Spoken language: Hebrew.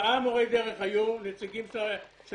ארבעה מורי דרך היו נציגים --- חברים,